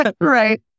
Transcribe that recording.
Right